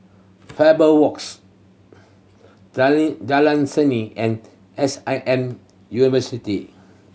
Faber Walks Jalan Seni and S I M University